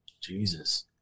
Jesus